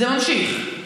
זה ממשיך.